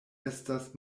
estas